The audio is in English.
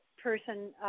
person